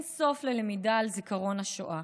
אין סוף ללמידה על זיכרון השואה.